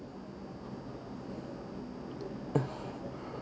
uh